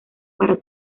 para